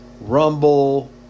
Rumble